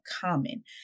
common